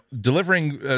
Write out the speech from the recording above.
delivering –